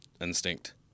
instinct